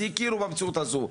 יכירו במציאות הזו.